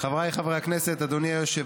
בעד אישור ההצעה של יושב-ראש